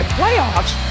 playoffs